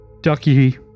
Ducky